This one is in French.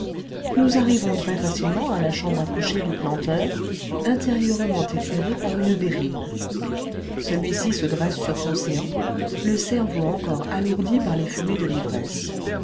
nous arrivons très facilement à la chambre à coucher du planteur intérieurement éclairée par une verrine celui-ci se dresse sur son séant le cerveau encore alourdi par les fumées de l'ivresse